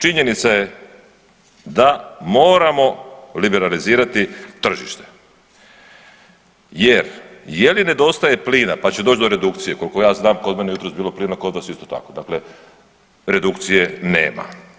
Činjenica je da moramo liberalizirati tržište jer je li nedostaje plina pa će doći do redukcije, koliko ja znam kod mene je jutros bilo plina kod vas isto tako, dakle redukcije nema.